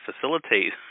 facilitate